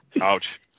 Ouch